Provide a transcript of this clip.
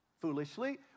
Foolishly